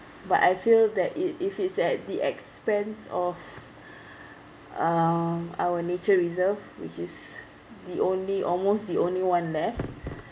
but I feel that it if it's at the expense of um our nature reserve which is the only almost the only one left